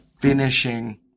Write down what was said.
finishing